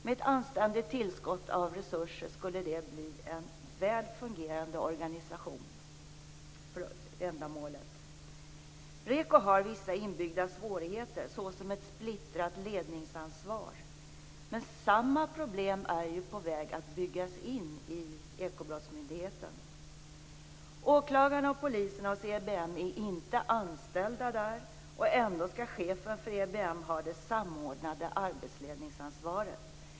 Med ett anständigt tillskott av resurser skulle det bli en för ändamålet väl fungerande organisation. REKO har vissa inbyggda svårigheter, t.ex. ett splittrat ledningsansvar, men samma problem är på väg att byggas in i Ekobrottsmyndigheten. Åklagarna och poliserna hos EBM är inte anställda där. Ändå skall chefen för EBM ha det samordnade arbetsledningsansvaret.